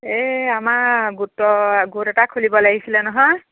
এই আমাৰ গোটৰ গোট এটা খুলিব লাগিছিলে নহয়